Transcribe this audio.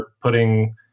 putting